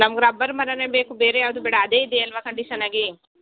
ನಮ್ಗೆ ರಬ್ಬರ್ ಮರವೇ ಬೇಕು ಬೇರೆ ಯಾವುದು ಬೇಡ ಅದೆ ಇದೆ ಅಲ್ವಾ ಕಂಡಿಶನ್ನಾಗಿ